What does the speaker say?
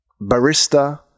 barista